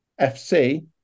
FC